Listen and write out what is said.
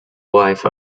wife